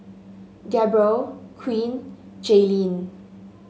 Gabrielle Queen Jayleen